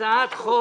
הצעת חוק